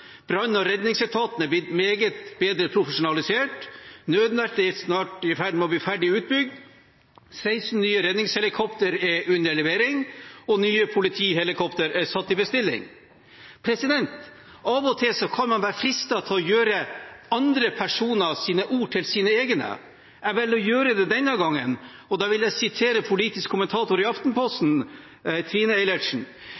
Brann- og redningsetaten er blitt meget bedre profesjonalisert. Nødnettet er i ferd med å bli ferdig utbygd, 16 nye redningshelikopter er under levering, og nye politihelikopter er satt i bestilling. Av og til kan en være fristet til å gjøre andre personers ord til sine egne. Jeg velger å gjøre det denne gangen. Da vil jeg sitere politisk kommentator i